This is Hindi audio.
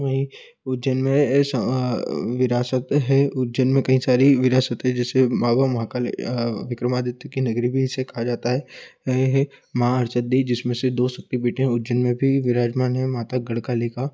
वहीं उज्जैन में स विरासत है उज्जैन में कई सारी विरासत है जैसे माबा महाकाल विक्रमादित्य की नगरी भी इसे कहा जाता है है माँ और सिद्धी जिसमें से दो बेटे हैं उज्जैन में भी विराजमान है माता गढ़काली का